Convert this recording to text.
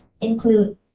Include